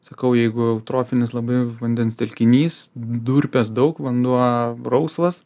sakau jeigu eutrofinis labai vandens telkinys durpės daug vanduo rausvas